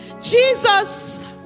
Jesus